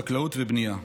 חקלאות ובנייה.